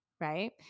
right